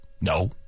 No